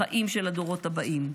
בחיים של הדורות הבאים.